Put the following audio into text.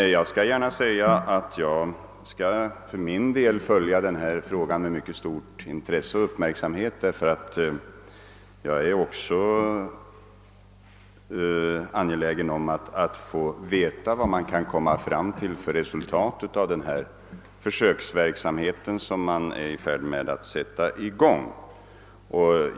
Jag vill gärna säga att jag skall följa denna fråga med mycket stor uppmärksamhet, ty jag är också angelägen om att få veta vad man kan komma fram till för resultat av den försöksverksamhet som man är i färd med att sätta i gång.